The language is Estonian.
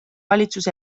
valitsus